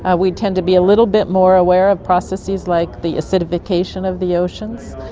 ah we tend to be a little bit more aware of processes like the acidification of the oceans.